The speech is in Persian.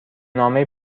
نامه